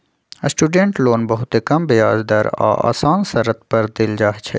student loan बहुते कम ब्याज दर आऽ असान शरत पर देल जाइ छइ